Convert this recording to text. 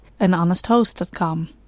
anhonesthost.com